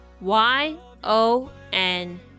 Y-O-N